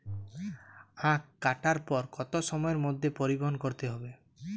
আখ কাটার পর কত সময়ের মধ্যে পরিবহন করতে হবে?